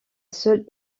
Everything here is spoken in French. seule